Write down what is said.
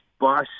bus